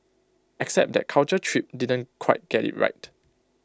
except that Culture Trip didn't quite get IT right